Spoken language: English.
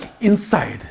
inside